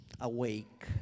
awake